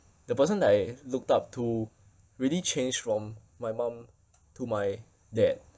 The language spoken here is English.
the person I looked up to really change from my mum to my dad